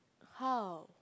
how